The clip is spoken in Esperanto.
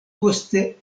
poste